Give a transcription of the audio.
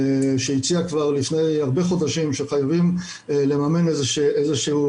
שהציג כבר לפני הרבה חודשים שחייבים לממן איזה שהיא